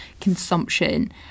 consumption